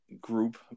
group